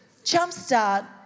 Jumpstart